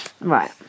Right